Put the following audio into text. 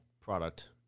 product